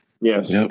Yes